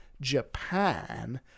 Japan